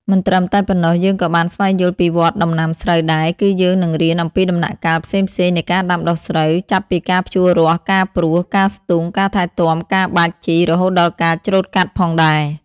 មិនត្រឹមតែប៉ុណ្ណោះយើងក៏បានស្វែងយល់ពីវដ្ដដំណាំស្រូវដែរ គឺយើងនឹងរៀនអំពីដំណាក់កាលផ្សេងៗនៃការដាំដុះស្រូវ ចាប់ពីការភ្ជួររាស់ ការព្រួស ការស្ទូង ការថែទាំ ការបាចជី រហូតដល់ការច្រូតកាត់ផងដែរ ។